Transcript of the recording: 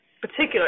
particular